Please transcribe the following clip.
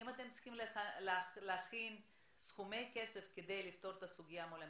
אם אתם צריכים להכין סכומי כסף כדי לפתור את הסוגיה מול האמריקאים,